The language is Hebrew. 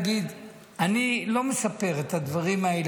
אני לא מספר את הדברים האלה,